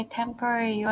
temporary